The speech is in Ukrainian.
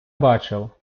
бачив